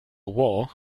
war